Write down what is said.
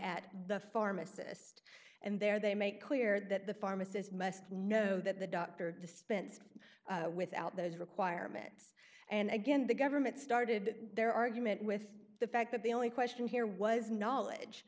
at the pharmacist and there they make clear that the pharmacist must know that the doctor dispensed without those requirements and again the government started their argument with the fact that the only question here was knowledge